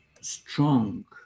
strong